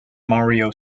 mario